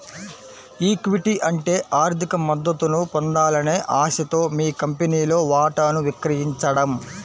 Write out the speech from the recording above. equity అంటే ఆర్థిక మద్దతును పొందాలనే ఆశతో మీ కంపెనీలో వాటాను విక్రయించడం